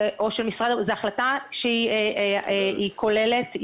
זו החלטה שהיא כוללת,